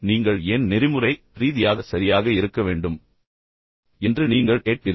நீங்கள் ஏன் நெறிமுறை ரீதியாக சரியாக இருக்க வேண்டும் என்று நீங்கள் கேட்பீர்கள்